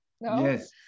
Yes